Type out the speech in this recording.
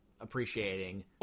appreciating